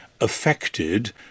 affected